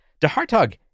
DeHartog